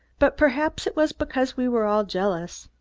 but perhaps it was because we were all jealous.